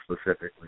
specifically